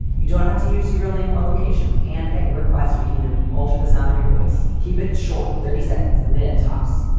you don't have to use your real name or location, and at your request we can alter the sound of your voice. keep it short. thirty seconds a minute, tops.